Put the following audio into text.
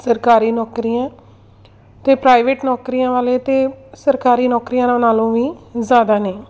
ਸਰਕਾਰੀ ਨੌਕਰੀਆਂ ਅਤੇ ਪ੍ਰਾਈਵੇਟ ਨੌਕਰੀਆਂ ਵਾਲੇ ਤਾਂ ਸਰਕਾਰੀ ਨੌਕਰੀਆਂ ਨਾਲੋਂ ਵੀ ਜ਼ਿਆਦਾ ਨੇ